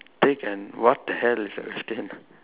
take and what the hell is that question